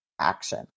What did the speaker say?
action